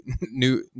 new